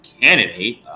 candidate